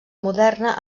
moderna